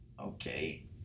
okay